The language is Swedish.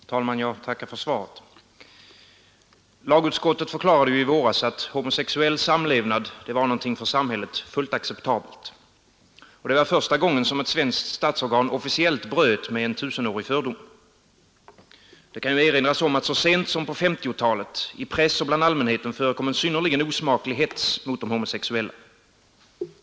Herr talman! Jag får tacka för svaret. Lagutskottet förklarade i våras att homosexuell samlevnad var för samhället fullt acceptabel. Det var första gången ett svenskt statsorgan officiellt bröt mot en tusenårig fördom. Det kan erinras om att så sent som på 1950-talet i press och bland allmänheten förekom en synnerligen osmaklig hets mot homosexuella.